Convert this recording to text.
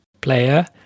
player